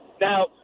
Now